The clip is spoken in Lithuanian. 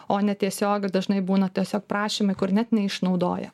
o netiesiogiai ir dažnai būna tiesiog prašymai kur net neišnaudoja